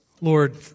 Lord